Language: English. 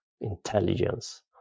intelligence